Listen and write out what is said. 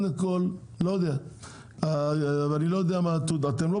אבל עכשיו אתם ממציאים לי שאולי הוא לקח גלגל מסין?